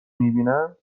میبینند